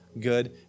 good